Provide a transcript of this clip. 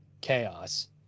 chaos